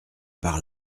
par